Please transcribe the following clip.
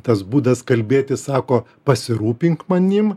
tas būdas kalbėti sako pasirūpink manim